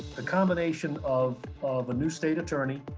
the combination of of a new state attorney,